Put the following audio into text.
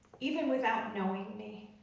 even without knowing me.